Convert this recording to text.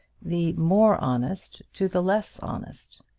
the more honest to the less honest,